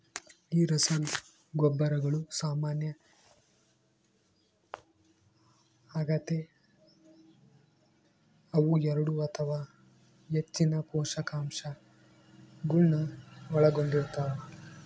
ಈ ರಸಗೊಬ್ಬರಗಳು ಸಾಮಾನ್ಯ ಆಗತೆ ಅವು ಎರಡು ಅಥವಾ ಹೆಚ್ಚಿನ ಪೋಷಕಾಂಶಗುಳ್ನ ಒಳಗೊಂಡಿರ್ತವ